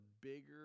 bigger